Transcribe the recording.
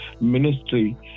ministry